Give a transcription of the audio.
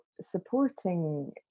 supporting